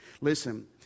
Listen